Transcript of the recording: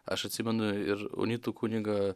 aš atsimenu ir unitų kunigą